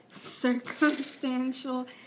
circumstantial